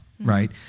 Right